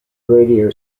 radio